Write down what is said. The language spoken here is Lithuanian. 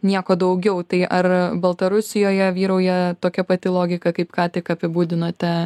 nieko daugiau tai ar baltarusijoje vyrauja tokia pati logika kaip ką tik apibūdinote